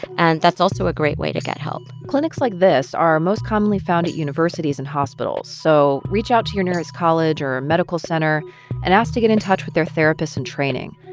and that's also a great way to get help clinics like this are most commonly found at universities and hospitals, so reach out to your nearest college or medical center and ask to get in touch with their therapists in training.